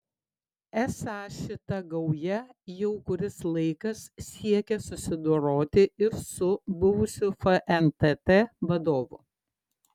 esą šita gauja jau kuris laikas siekia susidoroti ir su buvusiu fntt vadovu